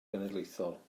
genedlaethol